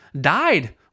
died